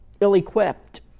ill-equipped